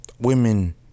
Women